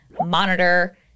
monitor